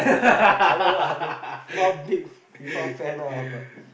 I don't know I don't not a big FIFA fan ah but